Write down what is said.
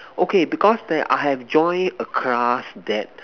okay because there I have join a class that